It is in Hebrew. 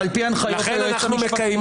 על פי הנחיות היועץ המשפטי --- אדוני,